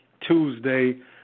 Tuesday